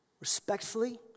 respectfully